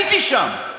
הייתי שם.